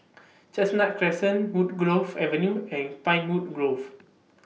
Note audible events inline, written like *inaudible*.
*noise* Chestnut Crescent Woodgrove Avenue and Pinewood Grove